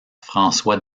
françois